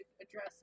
address